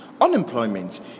unemployment